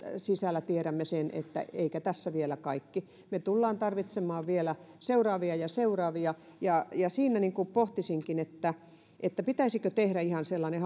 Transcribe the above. sisällä tiedämme sen että ei tässä vielä kaikki me tulemme tarvitsemaan vielä seuraavia ja seuraavia ja ja siinä pohtisinkin pitäisikö hallituksen tehdä ihan sellainen